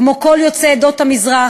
כמו כל יוצאי עדות המזרח,